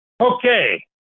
Okay